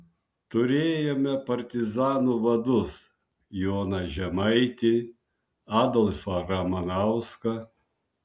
turėjome partizanų vadus joną žemaitį adolfą ramanauską